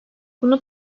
bunu